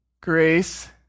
grace